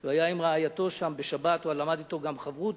סיפר לי שהוא היה עם רעייתו שם בשבת ולמד אתו גם בחברותא,